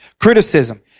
Criticism